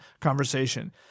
conversation